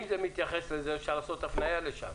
אם זה מתייחס לזה, אפשר לעשות הפניה לשם.